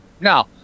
no